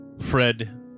Fred